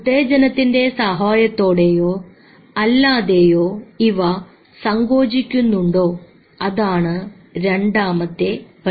ഉത്തേജനത്തിന്റെ സഹായത്തോടെയോ അല്ലാതെയോ ഇവ സങ്കോചിക്കുന്നുണ്ടോ അതാണ് രണ്ടാമത്തെ പടി